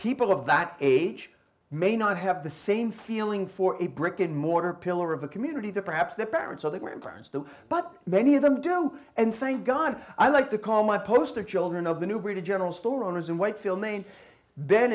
people of that age may not have the same feeling for a brick and mortar pillar of a community that perhaps their parents or their grandparents them but many of them do and thank god i like to call my poster children of the new breed of general store owners and white film ain